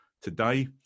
Today